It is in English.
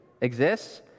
exists